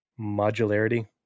modularity